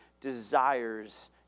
desires